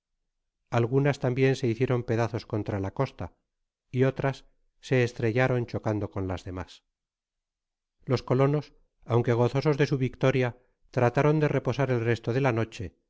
algunas tambien se hicieron pedazos contra la costa y otras se estrellaron chocando con las demas content from google book search generated at los colonos aunque gozosos de su victoria trataron de reposar el resto de la noche